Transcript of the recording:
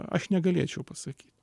aš negalėčiau pasakyt